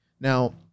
Now